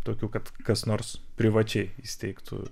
tokių kad kas nors privačiai įsteigtų